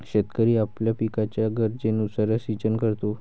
शेतकरी आपल्या पिकाच्या गरजेनुसार सिंचन करतो